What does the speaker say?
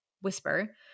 whisper